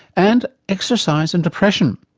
and exercise and depression.